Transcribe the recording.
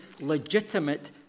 legitimate